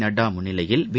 நட்டா முன்னிலையில் பி